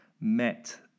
met